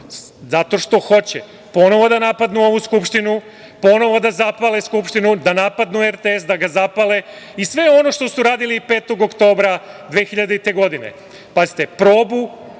zato što hoće ponovo da napadnu ovu Skupštinu, ponovo da zapale Skupštinu, da napadnu RTS, da ga zapale i sve ono što su radili 5. oktobra 2000. godine.